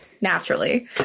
Naturally